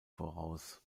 voraus